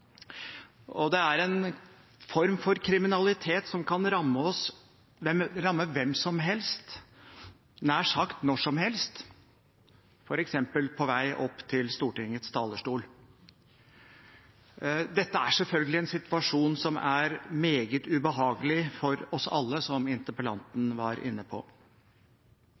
Det er en form for kriminalitet som kan ramme hvem som helst, nær sagt når som helst, f.eks. på vei opp til Stortingets talerstol. Dette er selvfølgelig en situasjon som er meget ubehagelig for oss alle, som interpellanten var inne på.